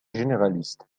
généraliste